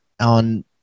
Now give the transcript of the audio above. on